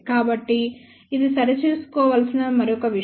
కాబట్టి ఇది సరిచూసుకోవలసిన మరొక విషయం